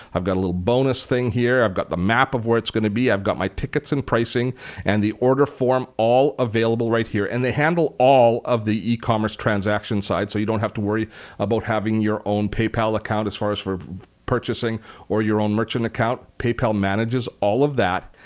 i've got a little bonus thing here. i've got the map of where it's going to be. i've got my tickets and pricing and the order form all available right here. and they handle all of the e-commerce transaction side so you don't have to worry about having your own paypal account as far as for purchasing or your own merchant account. eventbrite manages all of that.